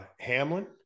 hamlin